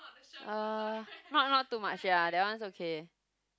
uh not not too much ya that one's okay